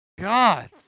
God